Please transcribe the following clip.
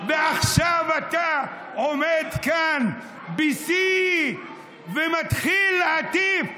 ועכשיו אתה עומד כאן בשיא ומתחיל, אל תדאג.